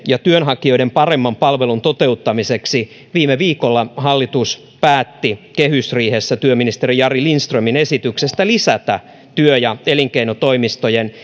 ja työnhakijoiden paremman palvelun toteuttamiseksi hallitus päätti viime viikolla kehysriihessä työministeri jari lindströmin esityksestä lisätä työ ja elinkeinotoimistojen